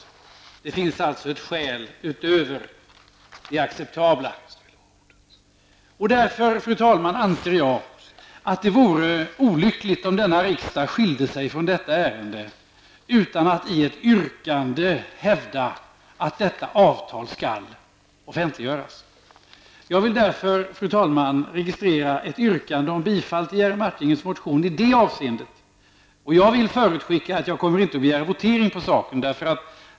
Men det måste alltså finnas ett skäl utöver de acceptabla. Jag anser därför, fru talman, att det vore olyckligt om riksdagen skilde sig från detta ärende utan att i ett yrkande hävda att detta avtal skall offentliggöras. Jag vill därför registrera ett yrkande om bifall till Jerry Martingers motion i detta avseende. Jag vill förutskicka att jag inte kommer att begära votering i frågan.